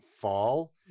fall